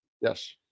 Yes